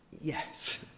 yes